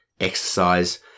exercise